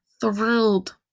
thrilled